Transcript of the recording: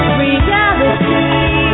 reality